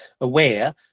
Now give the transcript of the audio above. aware